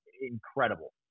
incredible